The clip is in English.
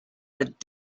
but